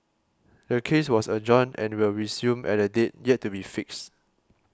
the case was adjourned and will resume at a date yet to be fixed